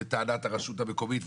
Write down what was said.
לטענת הרשות המקומית,